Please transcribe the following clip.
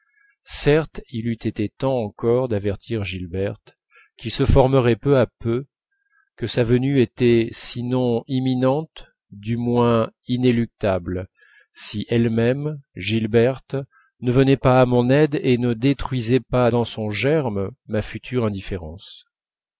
certes il eût été temps encore d'avertir gilberte qu'il se formerait peu à peu que sa venue était sinon imminente du moins inéluctable si elle-même gilberte ne venait pas à mon aide et ne détruisait pas dans son germe ma future indifférence